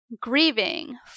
grieving